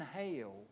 inhale